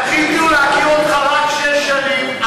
זכינו להכיר אותך רק שש שנים.